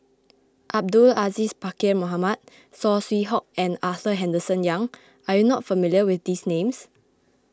Abdul Aziz Pakkeer Mohamed Saw Swee Hock and Arthur Henderson Young are you not familiar with these names